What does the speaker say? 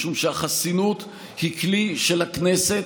משום שהחסינות היא כלי של הכנסת,